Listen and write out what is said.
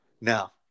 Now